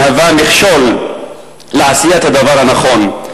מהווה מכשול לעשיית הדבר הנכון.